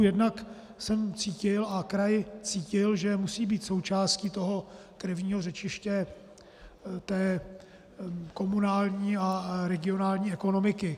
Jednak jsem cítil a kraj cítil, že musí být součástí toho krevního řečiště komunální a regionální ekonomiky.